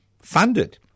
Funded